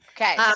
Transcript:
Okay